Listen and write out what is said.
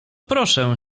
proszę